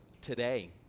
today